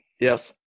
Yes